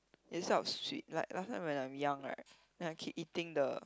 instead of sweet like last time when I'm young right then I keep eating the